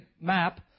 map